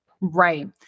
Right